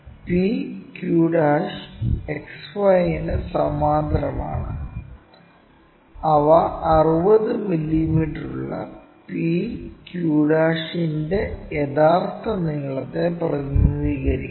p q XY ന് സമാന്തരമാണ് അവ 60 മീറ്ററുള്ള p q' ൻറെ യഥാർത്ഥ നീളത്തെ പ്രതിനിധീകരിക്കുന്നു